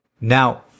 Now